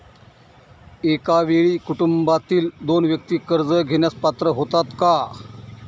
एका वेळी कुटुंबातील दोन व्यक्ती कर्ज घेण्यास पात्र होतात का?